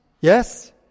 Yes